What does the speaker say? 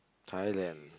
Thailand